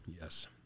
Yes